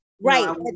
Right